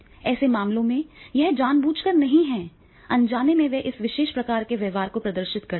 ऐसे मामलों में यह जानबूझकर नहीं है अनजाने में वे इस विशेष प्रकार के व्यवहार को प्रदर्शित करते हैं